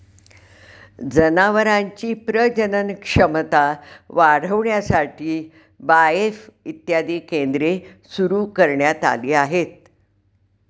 जनावरांची प्रजनन क्षमता वाढविण्यासाठी बाएफ इत्यादी केंद्रे सुरू करण्यात आली आहेत